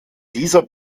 dieser